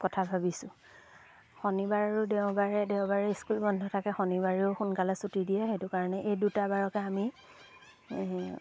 কথা ভাবিছোঁ শনিবাৰ আৰু দেওবাৰে দেওবাৰে স্কুল বন্ধ থাকে শনিবাৰেও সোনকালে চুটি দিয়ে সেইটো কাৰণে এই দুটা বাৰকে আমি